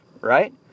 right